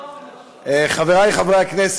השר לענייני דתות,